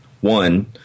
One